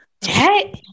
Hey